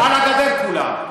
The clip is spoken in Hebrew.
על הגדר כולם.